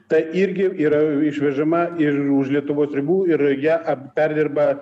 ta irgi yra išvežama ir už lietuvos ribų ir ją perdirba